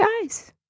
guys